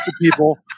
people